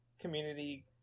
community